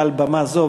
מעל במה זו,